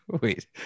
wait